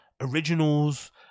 originals